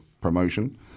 promotion